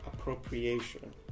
appropriation